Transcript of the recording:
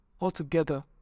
altogether